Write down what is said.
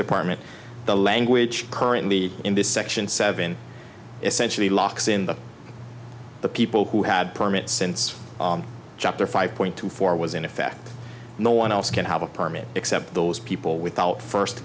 department the language currently in this section seven essentially locks in the the people who had permits since chapter five point two four was in effect no one else can have a permit except those people without first